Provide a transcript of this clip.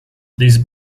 these